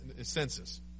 census